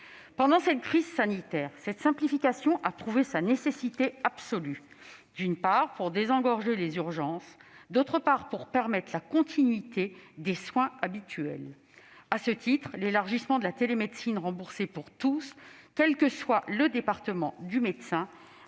Pendant cette crise sanitaire, cette simplification a prouvé sa nécessité absolue : d'une part, pour désengorger les urgences ; d'autre part, pour permettre la continuité des soins habituels. À ce titre, l'élargissement de la télémédecine remboursée pour tous, quel que soit le département du médecin,